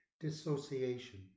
dissociation